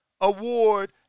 award